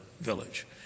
village